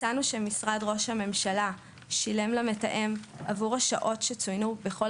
מצאנו שמשרד ראש הממשלה שילם למתאם עבור השעות שצוינו בכול